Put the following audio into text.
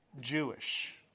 Jewish